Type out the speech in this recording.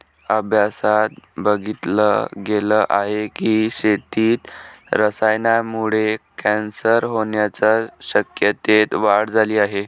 अभ्यासात बघितल गेल आहे की, शेतीत रसायनांमुळे कॅन्सर होण्याच्या शक्यतेत वाढ झाली आहे